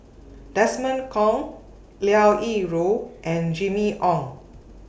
Desmond Kon Liao Yingru and Jimmy Ong